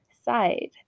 side